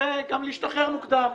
וגם להשתחרר מוקדם.